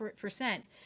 percent